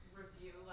review